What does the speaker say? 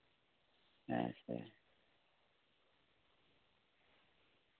ᱟᱪᱪᱷᱟ